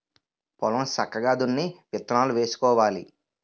పొలం సక్కగా దున్ని విత్తనాలు వేసుకోవాలి